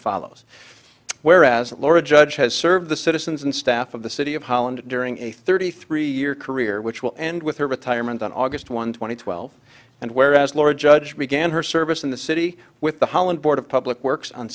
follows whereas laura judge has served the citizens and staff of the city of holland during a thirty three year career which will end with her retirement on august one thousand and twelve and where as laura judge began her service in the city with the holland board of public works on